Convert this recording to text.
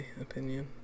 opinion